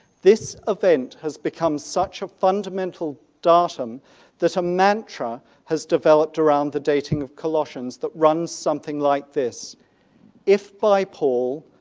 this event has become such a fundamental datum that a mantra has developed around the dating of colossians that runs something like this if by paul,